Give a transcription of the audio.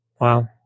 Wow